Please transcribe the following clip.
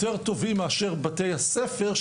יותר טובים מאשר בתי הספר,